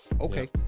Okay